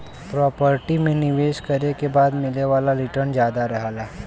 property में निवेश करे के बाद मिले वाला रीटर्न जादा रहला